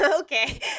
Okay